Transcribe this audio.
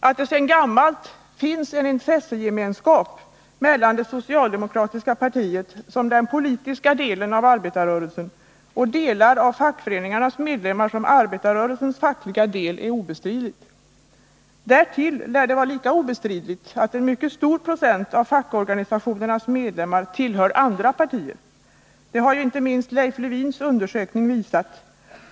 Att det sedan gammalt finns en intressegemenskap mellan det socialdemokratiska partiet som den politiska delen av arbetarrörelsen och vissa av fackföreningarnas medlemmar som arbetarrörelsens fackliga del är obestridligt. Därtill lär det vara lika obestridligt att en mycket stor procent av fackorganisationernas medlemmar tillhör andra partier. Det har ju inte minst Leif Lewins undersökning visat.